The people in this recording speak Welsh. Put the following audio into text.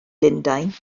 lundain